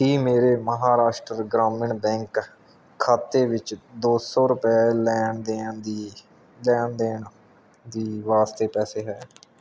ਕੀ ਮੇਰੇ ਮਹਾਰਾਸ਼ਟਰ ਗ੍ਰਾਮੀਣ ਬੈਂਕ ਖਾਤੇ ਵਿੱਚ ਦੋ ਸੌ ਰੁਪਏ ਲੈਣ ਦੇਣ ਦੀ ਲੈਣ ਦੇਣ ਦੀ ਵਾਸਤੇ ਪੈਸੇ ਹੈ